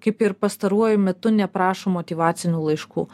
kaip ir pastaruoju metu neprašo motyvacinių laiškų